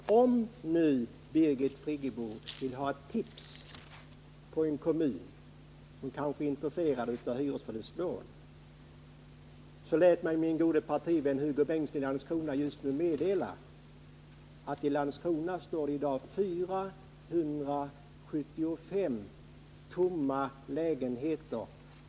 Om Birgit Friggebo vill ha ett tips om en kommun som kan vara intresserad av hyresförlustlån, meddelade min gode partivän Hugo Bengtsson i Landskrona just nu att det kommunala bostadsföretaget i Landskrona i dag har 475 tomma lägenheter.